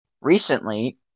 recently